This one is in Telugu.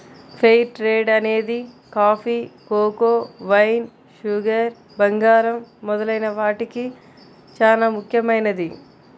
ఫెయిర్ ట్రేడ్ అనేది కాఫీ, కోకో, వైన్, షుగర్, బంగారం మొదలైన వాటికి చానా ముఖ్యమైనది